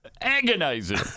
Agonizing